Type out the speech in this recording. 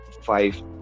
five